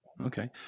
Okay